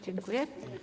Dziękuję.